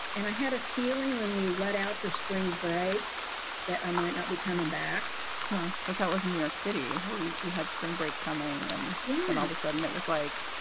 and i had a feeling when we let out for spring break that i might not be coming back but that was in new york city where we we had spring break coming. and yeah then all of a sudden it was like,